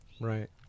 Right